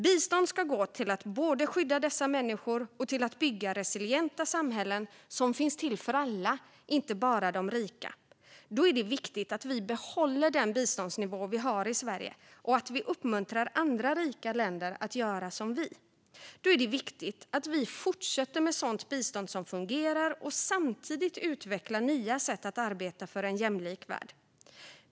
Bistånd ska gå till att både skydda dessa människor och bygga resilienta samhällen som finns till för alla, inte bara de rika. Då är det viktigt att vi behåller den biståndsnivå vi har i Sverige och att vi uppmuntrar andra rika länder att göra som vi. Då är det viktigt att vi fortsätter med sådant bistånd som fungerar och samtidigt utvecklar nya sätt att arbeta för en jämlik värld.